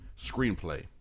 screenplay